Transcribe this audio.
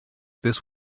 this